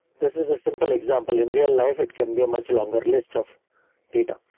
this is a simple example. in real life it can be a much longer list of data.